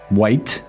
white